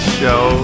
show